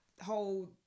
whole